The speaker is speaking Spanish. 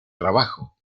trabajo